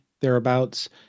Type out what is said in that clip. thereabouts